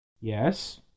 Yes